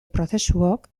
prozesuok